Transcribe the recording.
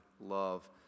love